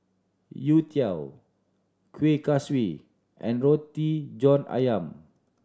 youtiao Kueh Kaswi and Roti John Ayam